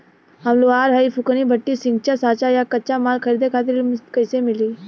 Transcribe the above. हम लोहार हईं फूंकनी भट्ठी सिंकचा सांचा आ कच्चा माल खरीदे खातिर ऋण कइसे मिली?